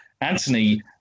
Anthony